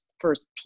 first